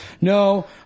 No